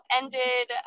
ended